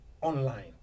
online